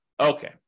Okay